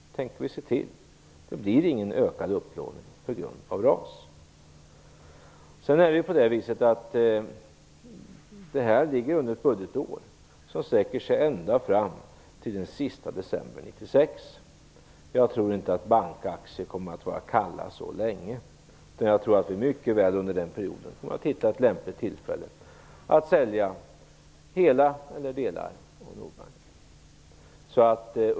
Vi tänker se till att det blir som vi har sagt. Det blir ingen ökad upplåning på grund av RAS. Det här avser något som ligger under ett budgetår som sträcker sig ända fram till den sista december 1996. Jag tror inte att bankaktier kommer att vara kalla så länge. Jag tror att vi under perioden kommer att hitta ett lämpligt tillfälle att sälja hela eller delar av Nordbanken.